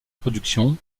production